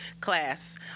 class